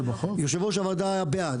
יושב ראש הוועדה היה בעד,